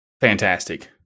fantastic